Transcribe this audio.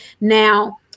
Now